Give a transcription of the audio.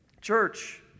Church